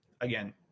again